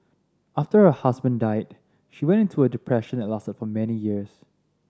after her husband died she went into a depression that lasted for many years